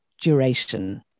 duration